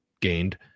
gained